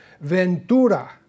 Ventura